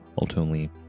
ultimately